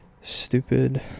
stupid